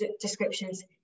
descriptions